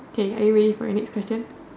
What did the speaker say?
okay are you ready for your next question